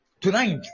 Tonight